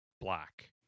black